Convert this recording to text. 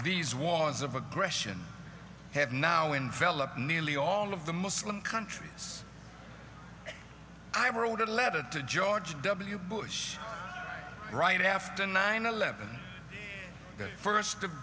these wars of aggression have now envelop nearly all of the muslim countries i wrote a letter to george w bush right after nine eleven first of